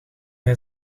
hij